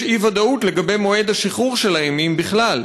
יש אי-ודאות לגבי מועד השחרור שלהם, אם בכלל.